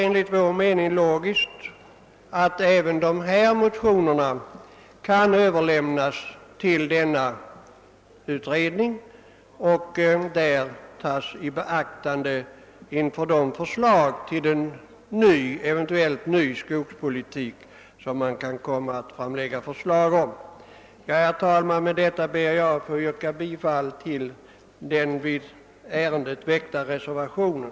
Enligt vår mening är det logiskt att också de motioner det nu gäller överlämnas till den utredningen för att tas i beaktande vid utarbetandet av det förslag om en eventuell ny skogspolitik som kan komma att framläggas. Herr talman! Med det anförda ber jag att få yrka bifall till den vid jordbruksutskottets utlåtande nr 39 fogade reservationen.